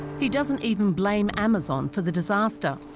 he doesn't even blame amazon for the disaster.